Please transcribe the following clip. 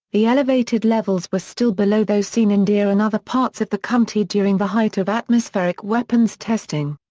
the elevated levels were still below those seen in deer in other parts of the country during the height of atmospheric weapons testing.